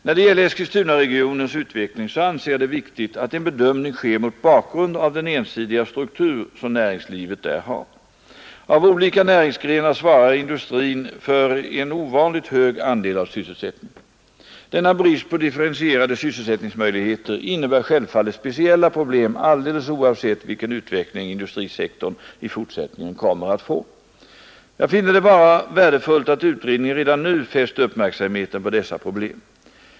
När det gäller Eskilstunaregionens utveckling anser jag det viktigt att en bedömning sker mot bakgrund av den ensidiga struktur som näringslivet där har. Av olika näringsgrenar svarar industrin för en ovanligt hög andel av sysselsättningen. Denna brist på differentierade sysselsättningsmöjligheter innebär självfallet speciella problem alldeles oavsett vilken utveckling industrisektorn i fortsättningen kommer att få. Jag finner det vara värdefullt att utredningen redan nu fäst uppmärksamheten på dessa problem.